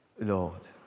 Lord